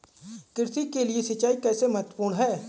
कृषि के लिए सिंचाई कैसे महत्वपूर्ण है?